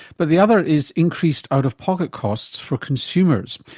but the other is increased out-of-pocket costs for consumers.